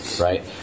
right